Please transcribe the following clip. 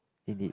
indeed